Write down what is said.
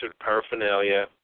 paraphernalia